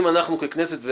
גם את דעתך,